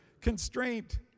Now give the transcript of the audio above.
constraint